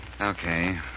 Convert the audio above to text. Okay